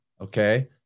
Okay